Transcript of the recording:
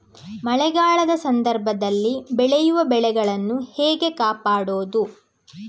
ಮಳೆಗಾಲದ ಸಂದರ್ಭದಲ್ಲಿ ಬೆಳೆಯುವ ಬೆಳೆಗಳನ್ನು ಹೇಗೆ ಕಾಪಾಡೋದು?